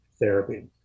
therapy